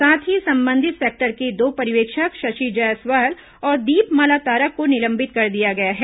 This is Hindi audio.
साथ ही संबंधित सेक्टर के दो पर्यवेक्षक शशि जायसवाल और दीपमाला तारक को निलंबित कर दिया गया है